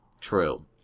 True